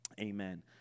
amen